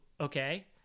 okay